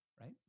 Right